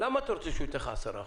למה אתה רוצה שהוא ייתן לך 10%?